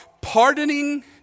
pardoning